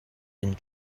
and